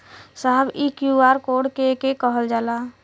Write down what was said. साहब इ QR code के के कहल जाला?